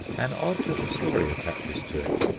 an odd little story attaches to it.